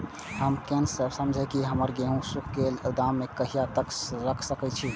हम केना समझबे की हमर गेहूं सुख गले गोदाम में कहिया तक रख सके छिये?